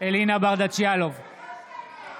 אלינה ברדץ' יאלוב,